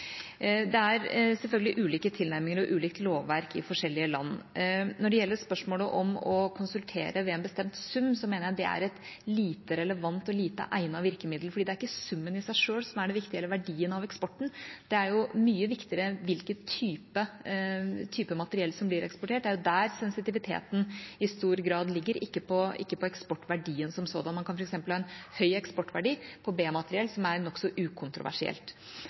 Det er selvfølgelig ulike tilnærminger og ulikt lovverk i forskjellige land. Når det gjelder spørsmålet om å konsultere ved en bestemt sum, mener jeg det er et lite relevant og lite egnet virkemiddel, for det er ikke summen i seg selv eller verdien av eksporten som er det viktige. Det er mye viktigere hvilken type materiell som blir eksportert. Det er der sensitiviteten i stor grad ligger, ikke på eksportverdien som sådan. Man kan f.eks. ha høy eksportverdi på B-materiell, som er nokså ukontroversielt,